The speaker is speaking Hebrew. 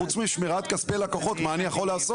חוץ משמירת כספי לקוחות מה אני יכול לעשות?